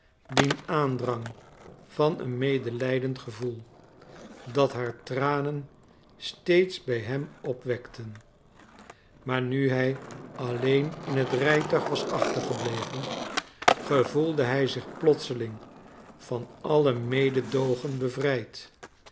dien aandrang van een medelijdend gevoel dat haar tranen steeds bij hem opwekten maar nu hij alleen in het rijtuig was achtergebleven gevoelde hij zich plotseling van alle mededoogen bevrijd